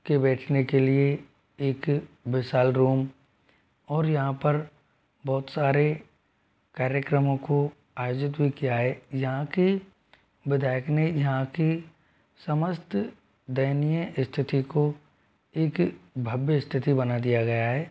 के बैठने के लिए एक विशाल रूम और यहाँ पर बहुत सारे कार्यक्रमों को आयोजित भी किया है यहाँ के विधायक ने यहाँ की समस्त दयनीय स्थिति को एक भव्य स्थिति बना दिया गया है